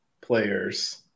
players –